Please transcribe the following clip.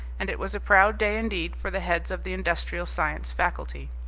and it was a proud day indeed for the heads of the industrial science faculty.